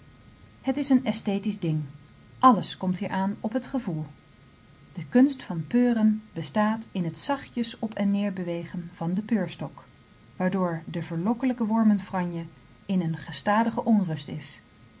het is een aesthetisch ding alles komt hier aan op het gevoel de kunst van peuren bestaat in het zachtjes op en neder bewegen van den peurstok waardoor de verlokkelijke wormenfranje in een gestadige onrust is